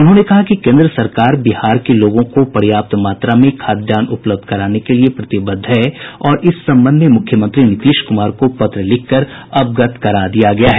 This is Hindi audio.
उन्होंने कहा कि केन्द्र सरकार बिहार के लोगों को पर्याप्त मात्रा में खाद्यान्न उपलब्ध कराने के लिए प्रतिबद्ध है और इस संबंध में मुख्यमंत्री नीतीश कुमार को पत्र लिखकर अवगत करा दिया गया है